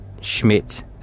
Schmidt